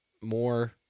more